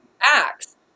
acts